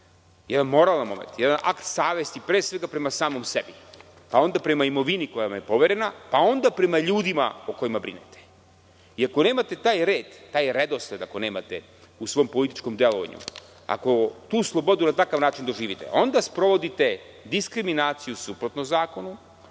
jedan moralna momenat, jedan akt savesti pre svega prema samom sebi, pa onda prema imovini koja vam je poverena, pa onda prema ljudima o kojima brinete. Ako nemate taj red, taj redosled ako nemate u svom političkom delovanju, ako tu slobodu na takav doživite, onda sprovodite diskriminaciju suprotno zakonu.